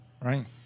right